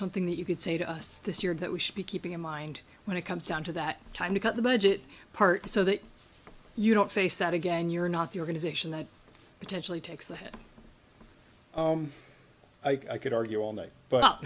something that you could say to us this year that we should be keeping in mind when it comes down to that time to cut the budget part so that you don't face that again you're not the organization that potentially takes that i could argue all night but